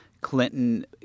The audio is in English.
Clinton